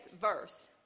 verse